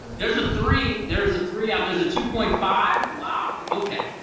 there's a three. there's a three out there's a two point five, wow. okay,